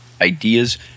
ideas